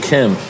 Kim